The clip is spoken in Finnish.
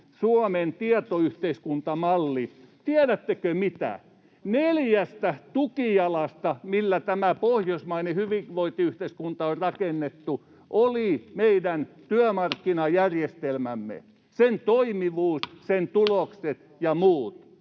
”Suomen tietoyhteiskuntamalli”. Tiedättekö mitä? Yksi neljästä tukijalasta, millä tämä pohjoismainen hyvinvointiyhteiskunta on rakennettu, oli meidän työmarkkinajärjestelmämme, sen toimivuus, sen tulokset ja muut.